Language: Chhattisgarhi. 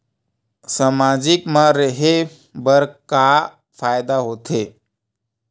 सामाजिक मा रहे बार का फ़ायदा होथे?